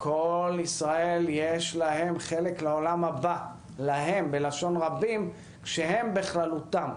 "כל ישראל יש להם חלק לעולם הבא - להם בלשון רבים שהם "בכללותם"..".